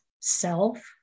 self